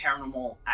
paranormal